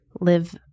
Live